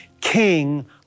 King